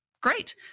Great